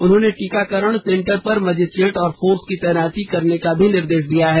उन्होंने टीकाकरण सेंटर पर मजिस्ट्रेट और फोर्स की तैनाती करने का निर्देश दिया है